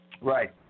Right